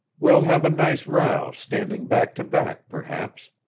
we'll have a nice row, standing back to back perhaps.